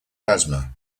plasma